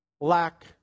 lack